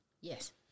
Yes